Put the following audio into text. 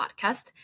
podcast